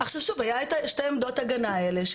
היה את שתי עמדות ההגנה האלה.